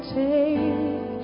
take